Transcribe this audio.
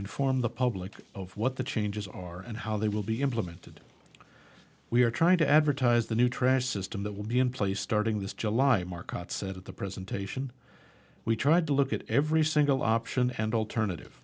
inform the public of what the changes are and how they will be implemented we are trying to advertise the nutrisystem that will be in place starting this july markets at the presentation we tried to look at every single option and alternative